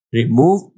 remove